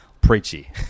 preachy